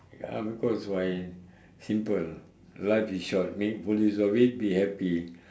ya because why simple life is short make full use of it be happy